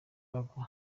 bagwa